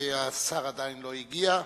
השר עדיין לא הגיע.